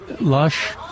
lush